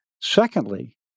Secondly